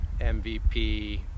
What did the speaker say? MVP